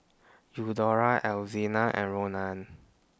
Eudora Alzina and Ronan